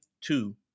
two